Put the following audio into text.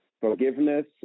forgiveness